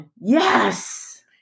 yes